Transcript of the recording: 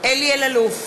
אלי אלאלוף,